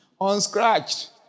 Unscratched